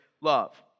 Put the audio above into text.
love